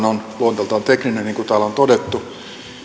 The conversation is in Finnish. on luonteeltaan tekninen niin kuin täällä on todettu